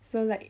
so like